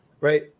right